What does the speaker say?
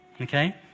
Okay